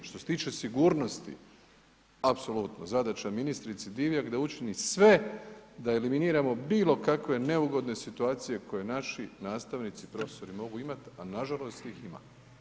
Što se tiče sigurnosti, apsolutno, zadaća ministrici Divjak da učini sve da eliminiramo bilo kakve neugodne situacije koje naši nastavnici i profesori mogu imat, a nažalost ih ima, nažalost ih ima.